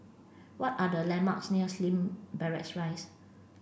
what are the landmarks near Slim Barracks Rise